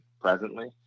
presently